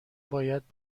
باید